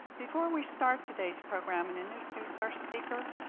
before we start today's program and and introduce our speaker,